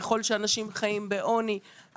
ככל שאנשים חיים בעוני,